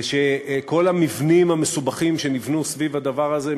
ושכל המבנים המסובכים שנבנו סביב הדבר הזה,